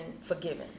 forgiven